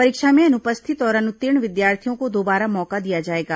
परीक्षा में अनुपस्थित और अनुत्तीर्ण विद्यार्थियों को दोबारा मौका दिया जाएगा